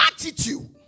attitude